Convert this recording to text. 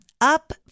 Up